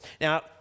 Now